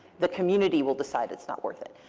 the community will decide it's not worth it.